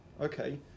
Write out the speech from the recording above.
Okay